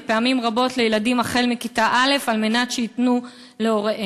ופעמים רבות לילדים החל מכיתה א' על מנת שייתנו להוריהם.